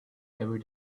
every